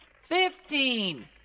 fifteen